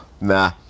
Nah